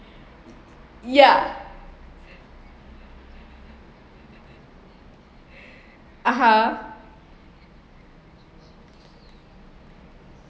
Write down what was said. yeah (uh huh)